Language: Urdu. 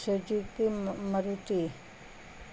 سزوکی ماروتی